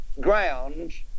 grounds